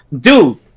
dude